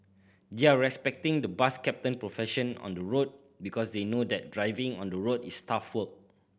they're respecting the bus captain profession on the road because they know that driving on the road is tough work